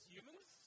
Humans